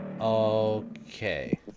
Okay